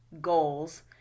goals